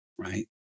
right